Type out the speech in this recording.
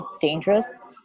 dangerous